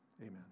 Amen